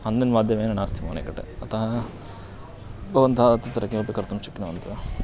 online माध्यमेन नास्ति मम निकटे अतः भवन्तः तत्र किमपि कर्तुं शक्नुवन्ति वा